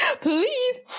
Please